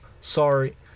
sorry